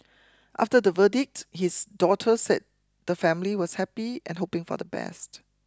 after the verdict his daughter said the family was happy and hoping for the best